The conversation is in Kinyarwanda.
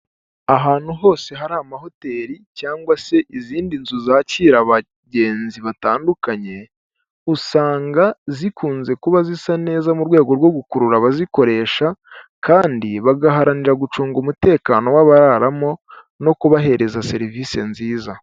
Ahantu hose hari amahoteri cyangwa se izindi nzu zakira abagenzi batandukanye, usanga zikunze kuba zisa neza mu rwego rwo gukurura abazikoresha kandi bagaharanira gucunga umutekano w'abararamo no kubahereza serivisi nziza.